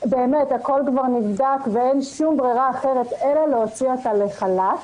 באמת הכול כבר נבדק ואין שום ברירה אחרת אלא להוציא אותה לחל"ת,